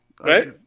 Right